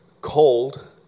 cold